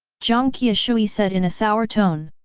jiang qiushui said in a sour tone.